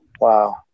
wow